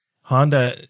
Honda